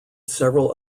several